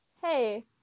hey